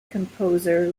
composer